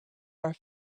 are